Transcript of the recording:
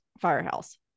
firehouse